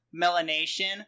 Melanation